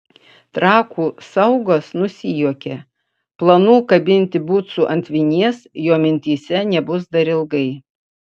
trakų saugas nusijuokė planų kabinti bucų ant vinies jo mintyse nebus dar ilgai